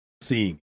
seeing